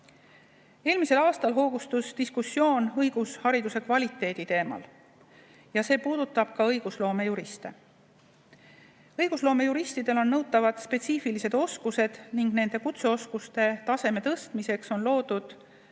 Eelmisel aastal hoogustus diskussioon õigushariduse kvaliteedi teemal ja see puudutab ka õigusloomejuriste. Õigusloomejuristidel on nõutavad spetsiifilised oskused ning nende kutseoskuse taseme tõstmiseks on loodud